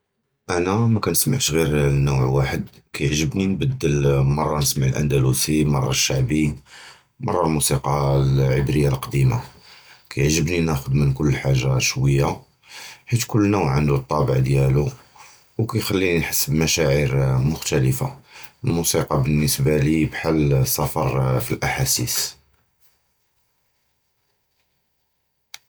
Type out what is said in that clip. אָנָא מַכְּנִסְמַעְשׁ שִׁיר נְווְע וָאַחַד, כַּיַּעְגְּבּנִי נְבְּדַּל אֵה מַרָּה, נִסְמַע אֶל-אַנְדְּלוּסִי, מַרָּה אֶל-שַׁבַּאי, מַרָּה אֶל-מוּסִיקָה אֶל-עִבְרִיָה אֶל-קַדִימָה. כַּיַּעְגְּבּנִי נִיכּוּד מִן כֻּל שִׁיּוּ, חַיַּת כֻּּל נְווְע עَنْדוּ אֶל-טַּאבְּע דִיָּאלוּ, וְכַּיְחַלִּינִי נַחֵס בְּמֻשְׁעָרוּת אֶל-אַחְסָּאס אֵשְׁתִּלָה. אֶל-מוּסִיקָה בִּנְסְבַּה לִיּ בְּחַאל אֶחְסָּאס סַפַּר פִי אֶל-אַחְסָּאס.